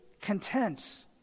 content